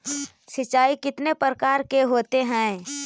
सिंचाई कितने प्रकार के होते हैं?